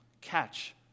Catch